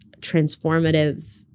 transformative